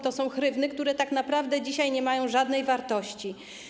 To są hrywny, które tak naprawdę dzisiaj nie mają żadnej wartości.